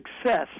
success